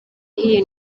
ihiye